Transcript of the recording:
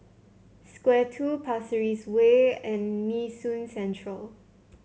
Square Two Pasir Ris Way and Nee Soon Central